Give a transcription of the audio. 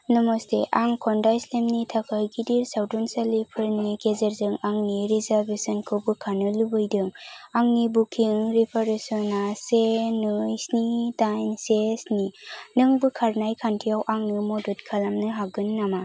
नमस्ते आं खन्थाइ स्लेमनि थाखाय गिदिर सावथुनसालिफोरनि गेजेरजों आंनि रिजार्भेशन खौ बोखारनो लुबैदों आंनि बुकिं रिफरेन्स आ से नै स्नि दाइन से स्नि नों बोखारनाय खान्थियाव आंनो मदद खालामनो हागोन नामा